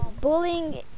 Bullying